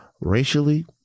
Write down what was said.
racially